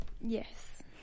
Yes